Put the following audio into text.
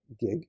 gig